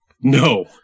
No